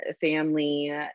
family